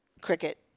cricket